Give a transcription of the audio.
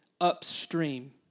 upstream